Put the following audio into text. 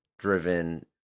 driven